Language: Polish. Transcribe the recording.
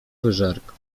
wyżerką